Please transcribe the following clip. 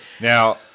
Now